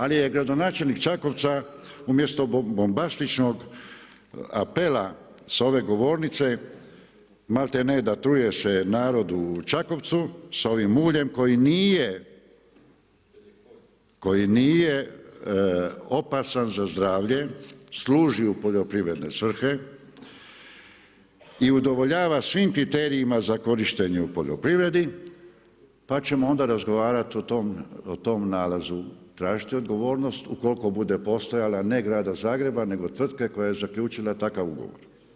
Ali je gradonačelnik Čakovca umjesto bombastičnog apela sa ove govornice maltene da truje se narod u Čakovcu sa ovim muljem koji nije, koji nije opasan za zdravlje, služi u poljoprivredne svrhe i udovoljava svim kriterijima za korištenje u poljoprivredi pa ćemo onda razgovarati o tom nalazu, tražiti odgovornost ukoliko bude postojala, ne grada Zagreba, nego tvrtke koja je zaključila takav ugovor.